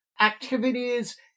activities